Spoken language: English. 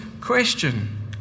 question